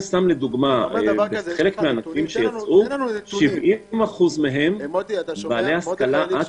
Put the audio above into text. אתן סתם כדוגמה: חלק מהענפים שיצאו 70% מהם הם בעלי השכלה עד